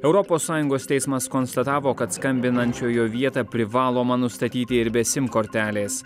europos sąjungos teismas konstatavo kad skambinančiojo vietą privaloma nustatyti ir be sim kortelės